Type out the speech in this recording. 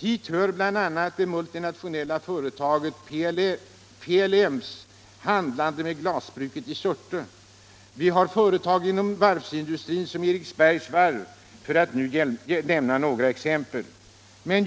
Hit hör bl.a. det multinationella företaget PLM:s handlande med glasbruket i Surte och företag inom varvsindustrin såsom Eriksbergs varv.